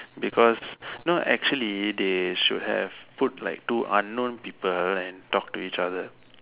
because no actually they should have put like two unknown people and talk to each other